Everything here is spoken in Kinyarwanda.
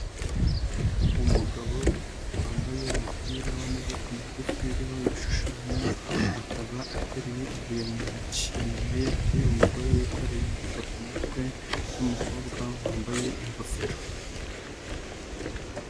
Umugabo wambaye umupira w'amaboko magufi uriho ibishushanyo, akaba ateruye ibuye mu ntoki. Inyuma ye hari umugore wikoreye ingata ku mutwe n'umukobwa wambaye ingofero.